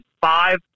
five